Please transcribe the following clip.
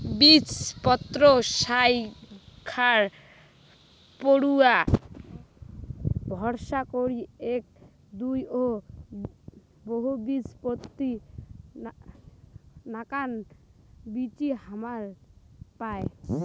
বীজপত্রর সইঙখার উপুরা ভরসা করি এ্যাক, দুই ও বহুবীজপত্রী নাকান বীচি হবার পায়